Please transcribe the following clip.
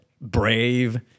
brave